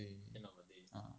mm 对对对 ah